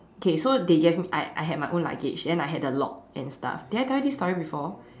okay so they gave me I I had my own luggage then I had the lock and stuff did I tell you this story before